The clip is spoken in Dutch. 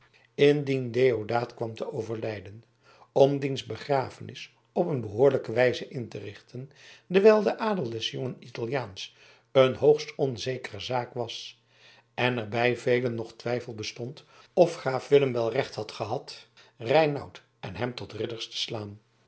indien deodaat kwam te overlijden om diens begrafenis op een behoorlijke wijze in te richten dewijl de adel des jongen italiaans een hoogst onzekere zaak was en er bij velen nog twijfel bestond of graaf willem wel recht had gehad reinout en hem tot ridders te slaan